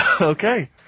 Okay